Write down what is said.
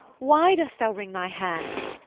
why dost thou wring thy hands?